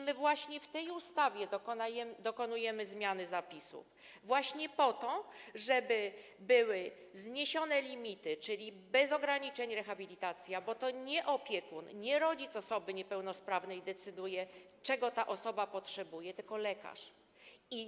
I właśnie w tej ustawie dokonujemy zmiany zapisów, właśnie po to, żeby były zniesione limity, czyli bez ograniczeń rehabilitacja, bo to nie opiekun, nie rodzic osoby niepełnosprawnej decyduje, czego ta osoba potrzebuje, tylko lekarz.